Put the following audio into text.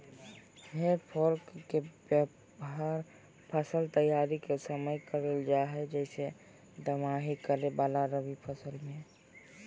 हे फोर्क के व्यवहार फसल तैयारी के समय करल जा हई, जैसे दमाही करे वाला रवि फसल मे